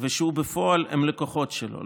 ושבפועל הם לקוחות שלו.